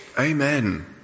Amen